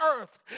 earth